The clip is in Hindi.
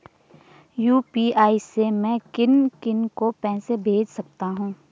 यु.पी.आई से मैं किन किन को पैसे भेज सकता हूँ?